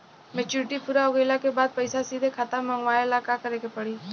Maturity पूरा हो गइला के बाद पईसा सीधे खाता में मँगवाए ला का करे के पड़ी?